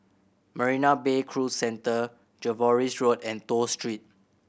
Marina Bay Cruise Centre Jervois Road and Toh Street